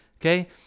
Okay